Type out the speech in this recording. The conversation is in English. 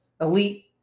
elite